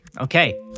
okay